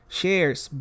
shares